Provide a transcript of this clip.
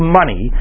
money